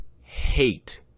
hate